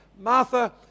Martha